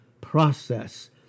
process